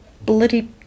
bloody